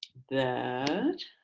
that